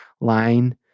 line